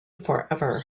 forever